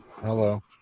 Hello